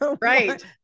right